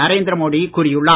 நரேந்திர மோடி கூறியுள்ளார்